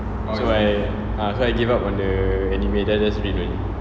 so I gave up on the anime then I just read only